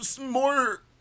More